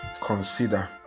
consider